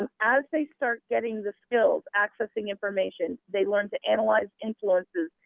um as they start getting the skills, accessing information, they learn to analyze influences,